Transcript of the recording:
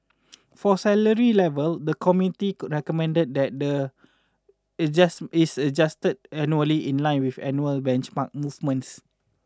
for salary level the committee recommended that the adjust is adjusted annually in line with annual benchmark movements